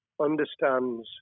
understands